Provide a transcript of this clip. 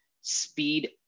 speed